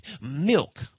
Milk